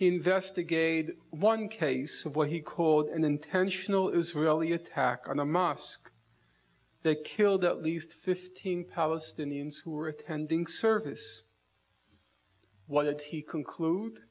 investigated one case of what he called an intentional israeli attack on a mosque they killed at least fifteen palestinians who are attending service what did he conclude